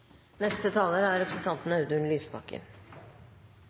Neste taler er representanten